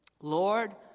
Lord